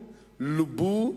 לובו,